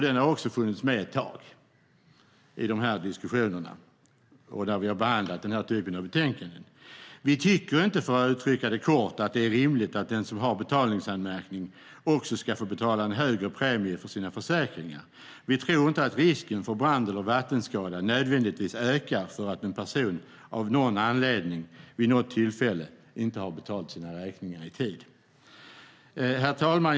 Den har också funnits med ett tag i de här diskussionerna och när vi har behandlat den här typen av betänkanden. Vi tycker inte, för att uttrycka det kortfattat, att det är rimligt att den som har betalningsanmärkning också ska få betala en högre premie för sina försäkringar. Vi tror inte att risken för brand eller vattenskada nödvändigtvis ökar för att en person av någon anledning vid något tillfälle inte har betalat sina räkningar i tid. Herr talman!